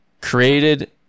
created